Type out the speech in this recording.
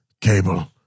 cable